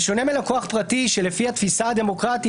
בשונה מלקוח פרטי שלפי התפיסה הדמוקרטית,